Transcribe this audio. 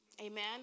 Amen